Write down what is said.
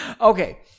Okay